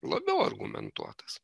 labiau argumentuotas